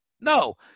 No